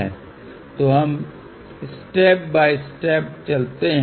तो हम step by step चलते हैं